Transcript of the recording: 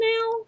now